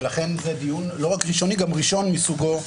ולכן זה דיון לא רק ראשוני אלא גם ראשון מסוגו.